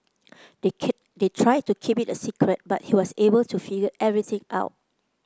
they they tried to keep it a secret but he was able to figure everything out